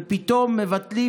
ופתאום מבטלים,